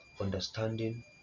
understanding